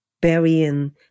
burying